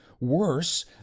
worse